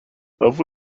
love